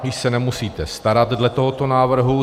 Již se nemusíte starat dle tohoto návrhu.